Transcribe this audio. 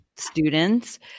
students